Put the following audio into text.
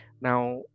now